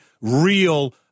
real